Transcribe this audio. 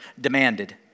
demanded